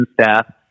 staff